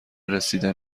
رسیده